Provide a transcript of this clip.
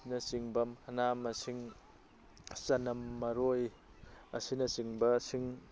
ꯅꯆꯤꯡꯕ ꯃꯅꯥ ꯃꯁꯤꯡ ꯆꯅꯝ ꯃꯔꯣꯏ ꯑꯁꯤꯅ ꯆꯤꯡꯕꯁꯤꯡ